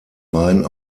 wein